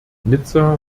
nizza